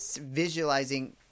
visualizing